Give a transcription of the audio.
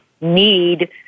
need